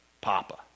Papa